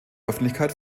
öffentlichkeit